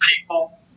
people